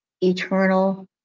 eternal